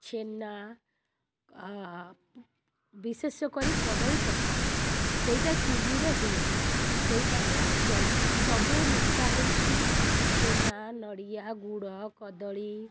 ଛେନା ବିଶେଷ କରି କଦଳୀ ପତ୍ର ସେଇଟା ଚୁଲିରେ ହୁଏ ସେଇଟାକୁ ସବୁ ମିଶା ହୋଇକରି ଛେନା ନଡ଼ିଆ ଗୁଡ଼ କଦଳୀ